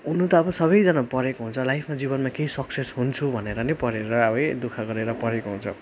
हुनु त अब सबैजना पढेको हुन्छ लाइफमा जीवनमा केही सक्सेस हुन्छु भनेर नै पढेर अब है दुःख गरेर पढेको हुन्छ